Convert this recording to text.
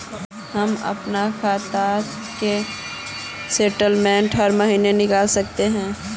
हम अपना खाता के स्टेटमेंट हर महीना निकल सके है की?